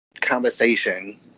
conversation